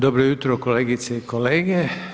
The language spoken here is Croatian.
Dobro jutro kolegice i kolege.